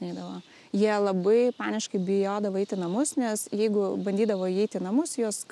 neidavo jie labai paniškai bijodavo eiti į namus nes jeigu bandydavo įeiti į namus juos